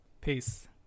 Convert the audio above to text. Peace